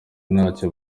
ntacyo